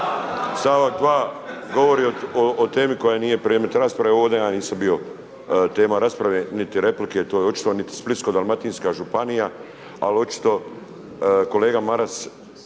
stavak 2. govori o temi koja nije predmet rasprave. Ovdje ja nisam bio tema rasprave niti replike. To je očito niti Splitsko-dalmatinska županija ali očito kolega Maras